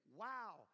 wow